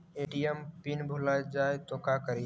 ATM pin भुला जाए तो का करी?